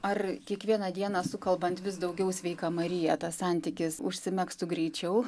ar kiekvieną dieną sukalbant vis daugiau sveika marija tas santykis užsimegztų greičiau